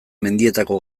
mendietako